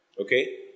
Okay